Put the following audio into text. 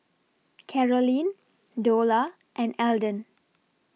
Carolyn Dola and Eldon